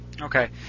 Okay